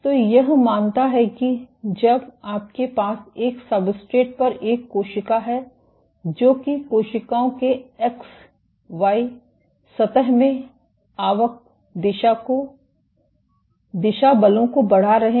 तो यह मानता है कि जब आपके पास एक सब्सट्रेट पर एक कोशिका है जो कि कोशिकाओं के एक्स वाई सतह में आवक दिशा बलों बढ़ा रहे हैं